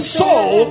soul